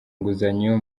inguzanyo